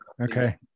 Okay